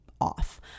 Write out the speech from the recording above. off